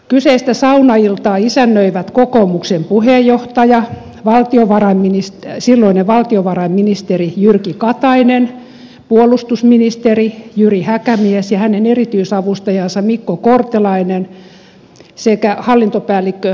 kyseistä saunailtaa isännöivät kokoomuksen puheenjohtaja silloinen valtiovarainministeri jyrki katainen puolustusministeri jyri häkämies ja hänen erityisavustajansa mikko kortelainen sekä hallintopäällikkö jarmo pekkala